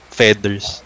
feathers